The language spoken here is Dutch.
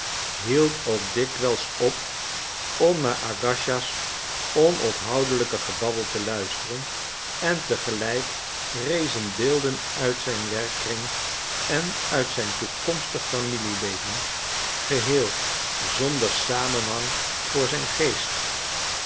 hield ook dikwijls op om naar agasija's onophoudelijk gebabbel te luisteren en te gelijk rezen beelden uit zijn werkkring en uit zijn toekomstig familieleven geheel zonder samenhang voor zijn geest